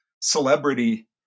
celebrity